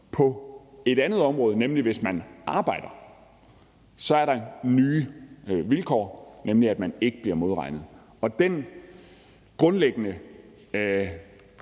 På et andet område, nemlig hvis man arbejder, så er der nye vilkår, nemlig at man ikke bliver modregnet. Og den grundlæggende